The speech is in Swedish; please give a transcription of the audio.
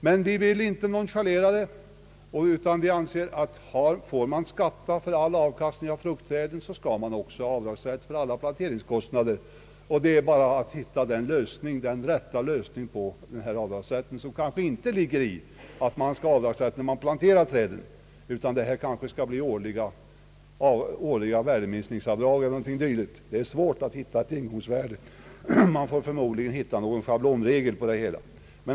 Vi vill emellertid inte nonchalera detta utan anser att om man får skatta för all avkastning av fruktträden, så skall man också ha avdragsrätt för alla planteringskostnaderna. Det gäller bara att hitta den rätta lösningen på denna avdragsrätt, som kanske inte ligger i avdragsrätt vid plantering av fruktträd utan kanske i årliga värdeminskningsavdrag eller något dylikt. Det är svårt att hitta ett ingångsvärde; man får förmodligen försöka hitta någon schablonregel för det hela.